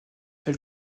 elle